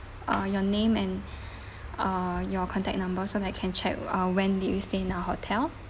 uh your name and uh your contact number so that I can check uh when did you stay in a hotel